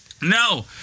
No